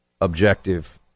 objective